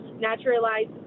naturalized